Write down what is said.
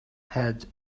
had